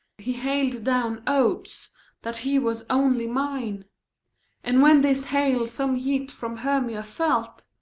he hail'd down oaths that he was only mine and when this hail some heat from hermia felt,